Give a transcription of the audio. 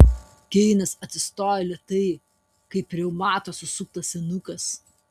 keinas atsistojo lėtai kaip reumato susuktas senukas